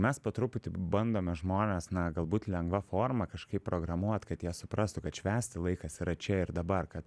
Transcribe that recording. mes po truputį bandome žmones na galbūt lengva forma kažkaip programuot kad jie suprastų kad švęsti laikas yra čia ir dabar kad